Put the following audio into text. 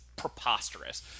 Preposterous